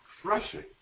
Crushing